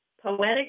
poetic